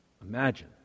Imagine